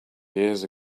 years